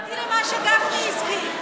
אני הסכמתי למה שגפני הסכים.